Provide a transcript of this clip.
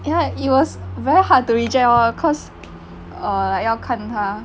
ya it was very hard to reject lor cause err like 要看他